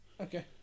Okay